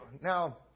Now